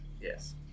Yes